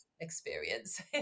experience